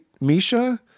Misha